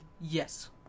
Yes